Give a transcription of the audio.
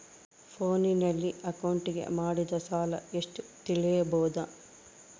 ಫೋನಿನಲ್ಲಿ ಅಕೌಂಟಿಗೆ ಮಾಡಿದ ಸಾಲ ಎಷ್ಟು ತಿಳೇಬೋದ?